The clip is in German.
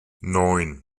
neun